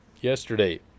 yesterday